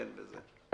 ואני